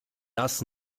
das